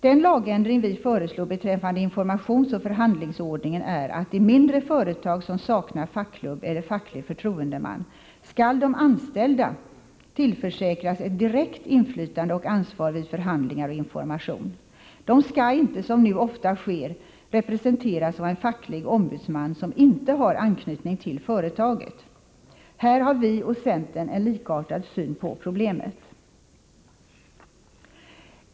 Den lagändring vi föreslår beträffande informationsoch förhandlingsordningen är att i mindre företag, som saknar fackklubb eller facklig förtroendeman, skall de anställda tillförsäkras ett direkt inflytande och ansvar vid förhandlingar och information. De skall inte, som nu ofta sker, representeras av en facklig ombudsman som inte har anknytning till företaget. På denna punkt har vi och centern en likartad syn på problemet.